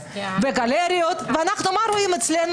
אנחנו עוברים להצבעה.